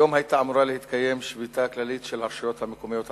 היום היתה אמורה להתקיים שביתה כללית של הרשויות המקומיות הערביות.